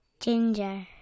ginger